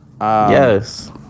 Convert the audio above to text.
Yes